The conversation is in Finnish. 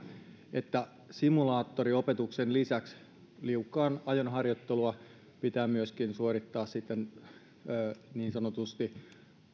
että simulaattoriopetuksen lisäksi liukkaan ajon harjoittelua pitää myöskin suorittaa niin sanotusti